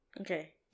Okay